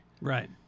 Right